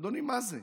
אדוני, מה זה,